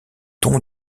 ton